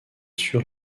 sûr